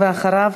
ואחריו,